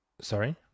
sorry